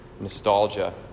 nostalgia